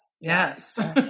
Yes